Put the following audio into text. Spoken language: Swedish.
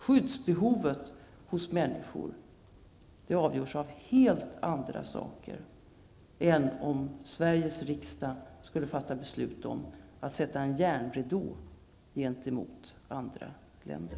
Skyddsbehovet hos människor avgörs av helt andra saker än om Sveriges riksdag skulle fatta beslut om att sätta upp en järnridå gentemot andra länder.